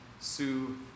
Sue